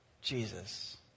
Jesus